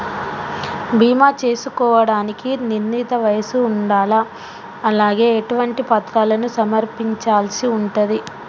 బీమా చేసుకోవడానికి నిర్ణీత వయస్సు ఉండాలా? అలాగే ఎటువంటి పత్రాలను సమర్పించాల్సి ఉంటది?